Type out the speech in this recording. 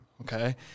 okay